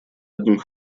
одним